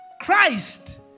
Christ